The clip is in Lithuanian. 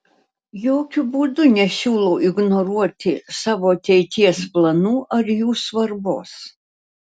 jokiu būdu nesiūlau ignoruoti savo ateities planų ar jų svarbos